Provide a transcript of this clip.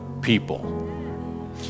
people